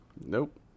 Nope